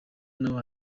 nawe